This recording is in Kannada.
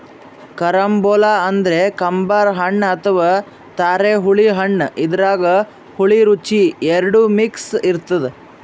ಕರಂಬೊಲ ಅಂದ್ರ ಕಂಬರ್ ಹಣ್ಣ್ ಅಥವಾ ಧಾರೆಹುಳಿ ಹಣ್ಣ್ ಇದ್ರಾಗ್ ಹುಳಿ ರುಚಿ ಎರಡು ಮಿಕ್ಸ್ ಇರ್ತದ್